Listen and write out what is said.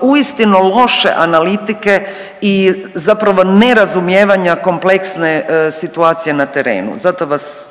uistinu loše analitike i zapravo nerazumijevanja kompleksne situacije na terenu. Zato vas